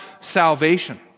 salvation